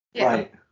Right